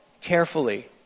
carefully